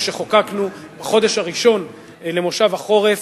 שחוקקנו בחודש הראשון של מושב החורף,